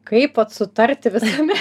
kaip vat sutarti visame